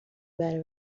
برای